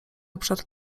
obszar